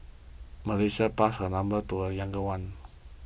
Melissa passed her number to a younger one